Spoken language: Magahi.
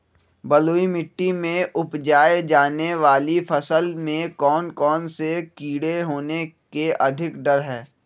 बलुई मिट्टी में उपजाय जाने वाली फसल में कौन कौन से कीड़े होने के अधिक डर हैं?